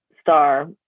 star